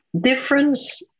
difference